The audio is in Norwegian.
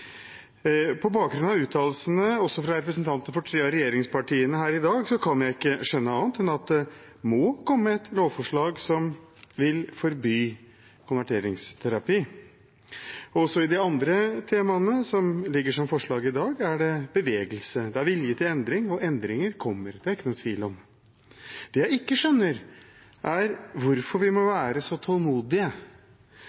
På bakgrunn av uttalelsene også fra representanter for tre av regjeringspartiene her i dag, kan jeg ikke skjønne annet enn at det må komme et lovforslag som vil forby konverteringsterapi. Også i de andre temaene som ligger som forslag i dag, er det bevegelse og vilje til endring. Endringer kommer, det er det ikke noe tvil om. Det jeg ikke skjønner, er hvorfor vi må